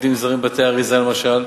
עובדים זרים בבתי-אריזה למשל,